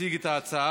הפיצול אושר.